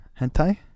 Hentai